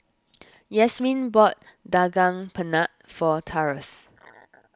Yasmeen bought Daging Penyet for Tyrus